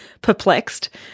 perplexed